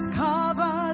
cover